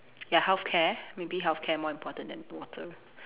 ya healthcare maybe healthcare more important than water